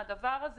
הדבר הזה